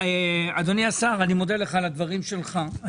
אדוני השר אני מודה לך על הדברים שלך,